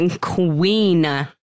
Queen